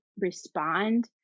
respond